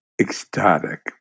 ecstatic